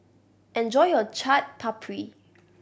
enjoy your Chaat Papri